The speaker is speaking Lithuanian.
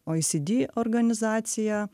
oicidy organizacija